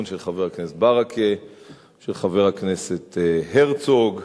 של חבר הכנסת ברכה ושל חבר הכנסת הרצוג.